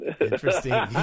Interesting